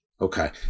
Okay